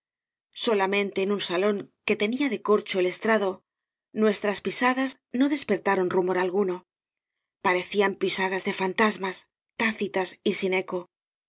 vidas solamente en un salón que tenía de corcho el estrado nuestras pisadas no despertaron rumor alguno parecían pisadas de fantasmas tácitas y sin eco